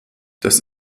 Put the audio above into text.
das